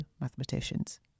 mathematicians